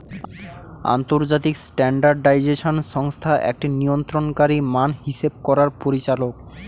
আন্তর্জাতিক স্ট্যান্ডার্ডাইজেশন সংস্থা একটি নিয়ন্ত্রণকারী মান হিসেব করার পরিচালক